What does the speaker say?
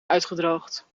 uitgedroogd